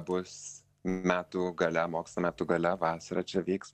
bus metų gale mokslo metų gale vasarą čia vyks